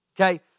Okay